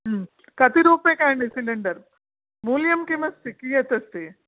कतिरूप्यकाणि cylinder मूल्यं किम् अस्ति कियत् अस्ति